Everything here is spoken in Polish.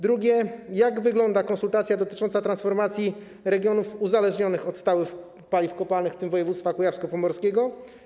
Drugie: Jak wygląda konsultacja dotycząca transformacji regionów uzależnionych od stałych paliw kopalnych, w tym województwa kujawsko-pomorskiego?